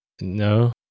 no